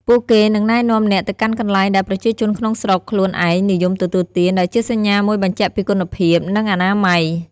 ពួកគេនឹងណែនាំអ្នកទៅកាន់កន្លែងដែលប្រជាជនក្នុងស្រុកខ្លួនឯងនិយមទទួលទាន ដែលជាសញ្ញាមួយបញ្ជាក់ពីគុណភាព និងអនាម័យ។